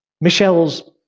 Michelle's